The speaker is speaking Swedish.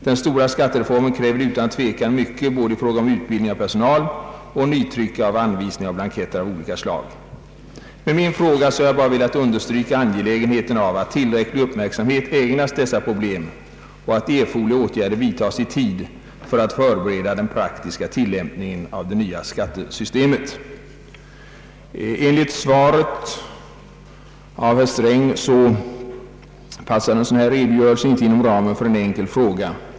Den stora skattereformen kräver utan tvekan mycket både i fråga om utbildning av personal och nytryck av anvisningar och blanketter av olika slag. Med min fråga har jag velat understryka angelägenheten av att tillräcklig uppmärksamhet ägnas dessa problem och att erforderliga åtgärder vidtas i tid för att förbereda den praktiska tillämpningen av det nya skattesystemet. Enligt herr Strängs svar passar den av mig begärda redogörelsen inte in i ramen för en enkel fråga.